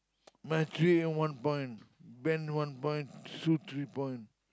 my three A one point band one point soup three point